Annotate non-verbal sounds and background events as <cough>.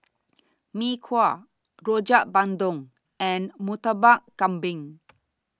Mee Kuah Rojak Bandung and Murtabak Kambing <noise>